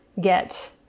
get